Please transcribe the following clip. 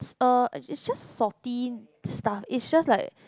it's just salty stuffs it's just like